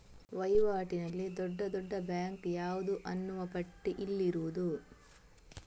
ವೈವಾಟಿನಲ್ಲಿ ದೊಡ್ಡ ದೊಡ್ಡ ಬ್ಯಾಂಕು ಯಾವುದು ಅನ್ನುವ ಪಟ್ಟಿ ಇಲ್ಲಿರುವುದು